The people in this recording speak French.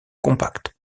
compact